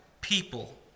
people